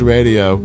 Radio